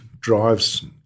drives